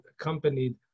accompanied